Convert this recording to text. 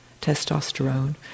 testosterone